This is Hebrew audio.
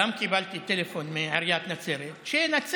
וגם קיבלתי טלפון מעיריית נצרת,